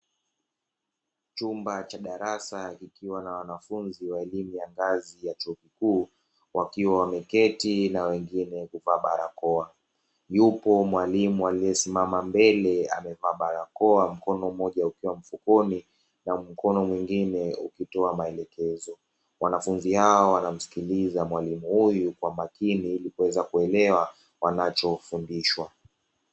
Chumba cha darasa kikiwa na wanafunzi wa elimu ya ngazi ya chuo kikuu, wakiwa wameketi na wengine kuvaa barakoa. Yuko mwalimu aliesimama mbele amevaa barakoa mkono mmoja ukiwa mfukoni na mkono mwingine ukitoa maelekezo, wanafunzi hawa wanamsikiliza mwalimu huyu kwa makini ili kuweza kuelewa wanachofundishwa.